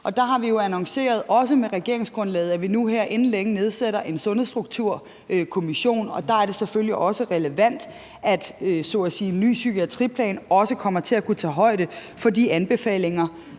Og der har vi jo annonceret, også med regeringsgrundlaget, at vi nu her inden længe nedsætter en sundhedsstrukturkommission, og der er det selvfølgelig så at sige også relevant, at en ny psykiatriplan kommer til at kunne tage højde for de anbefalinger,